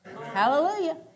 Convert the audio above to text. Hallelujah